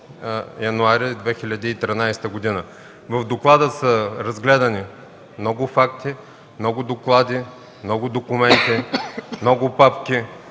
януари 2013 г. В доклада са разгледани много факти, много доклади, много документи, много папки.